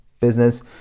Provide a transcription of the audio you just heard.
business